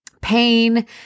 pain